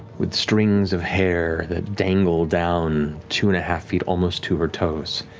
with strings of hair that dangle down two-and-a-half feet, almost to her toes,